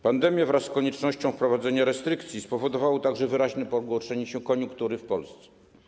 Pandemia wraz z koniecznością wprowadzenia restrykcji spowodowały także wyraźne pogorszenie się koniunktury w Polsce.